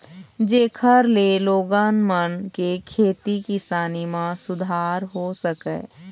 जेखर ले लोगन मन के खेती किसानी म सुधार हो सकय